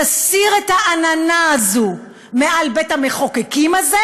תסיר את העננה הזו מעל בית-המחוקקים הזה,